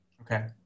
Okay